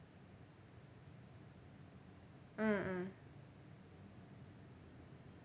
mm mm